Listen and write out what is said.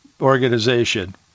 organization